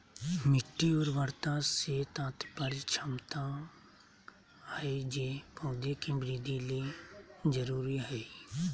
मिट्टी उर्वरता से तात्पर्य क्षमता हइ जे पौधे के वृद्धि ले जरुरी हइ